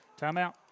Timeout